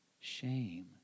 Shame